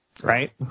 Right